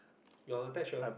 your attached [what]